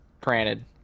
granted